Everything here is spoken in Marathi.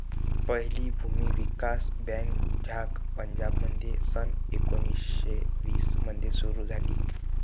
पहिली भूमी विकास बँक झांग पंजाबमध्ये सन एकोणीसशे वीस मध्ये सुरू झाली